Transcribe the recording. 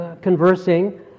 conversing